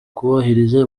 kubahiriza